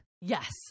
Yes